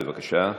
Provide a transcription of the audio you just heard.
בבקשה.